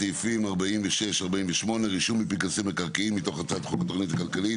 רק סעיפים 48-46 (רישום בפנקסי מקרקעין) מתוך הצעת חוק התכנית הכלכלית